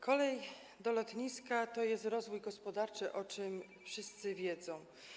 Kolej do lotniska to jest rozwój gospodarczy, o czym wszyscy wiedzą.